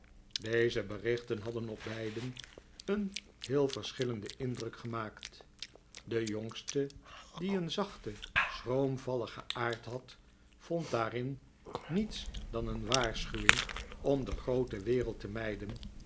deze berichten hadden op beiden een heel verschillenden indruk gemaakt de jongste die een zachten schroomvalligen aard had vond daarin niets dan een waarschuwing om de groote wereld te mijden